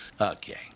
Okay